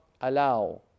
allow